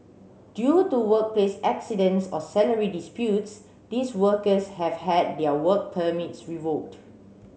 due to workplace accidents or salary disputes these workers have had their work permits revoked